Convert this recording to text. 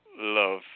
love